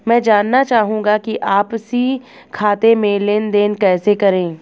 मैं जानना चाहूँगा कि आपसी खाते में लेनदेन कैसे करें?